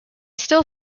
still